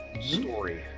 story